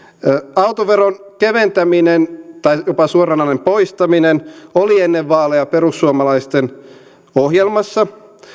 autoveron keventäminen tai jopa suoranainen poistaminen oli ennen vaaleja perussuomalaisten ohjelmassa